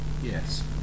yes